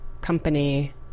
company